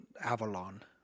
Avalon